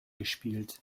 gespielt